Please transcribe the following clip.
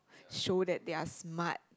show that they are smart